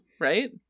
right